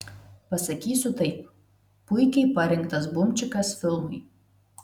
pasakysiu taip puikiai parinktas bumčikas filmui